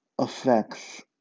Affects